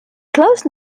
close